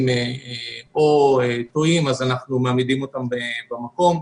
או טועים אז אנחנו מעמידים אותם במקום.